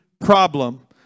problem